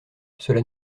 cela